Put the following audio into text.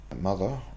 mother